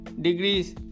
degrees